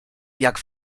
jak